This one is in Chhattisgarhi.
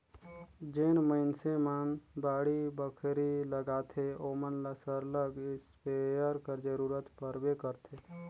जेन मइनसे मन बाड़ी बखरी लगाथें ओमन ल सरलग इस्पेयर कर जरूरत परबे करथे